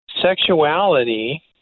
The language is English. sexuality